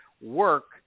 work